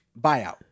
Buyout